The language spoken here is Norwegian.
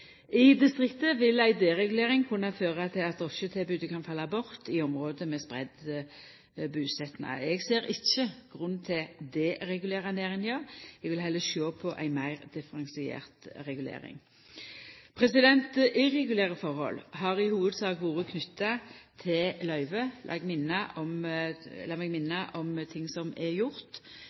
I distriktet vil ei deregulering kunna føra til at drosjetilbodet kan falla bort i område med spreidd busetnad. Eg ser ikkje grunn til å deregulera næringa. Eg vil heller sjå på ei meir differensiert regulering. Irregulære forhold har i hovudsak vore knytte til løyve. Lat meg minna om ting som er gjort.